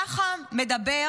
ככה מדבר